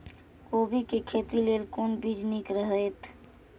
कोबी के खेती लेल कोन बीज निक रहैत?